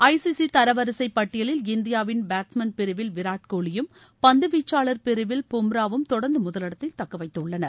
ICC தரவரிசை பட்டியலில் இந்தியாவின் பேட்ஸ்மேன் விராட்கோலியும் பந்துவீச்சாளர் பிரிவில் பும்ராவும் தொடர்ந்து முதலிடத்தை தக்கவைத்துள்ளனர்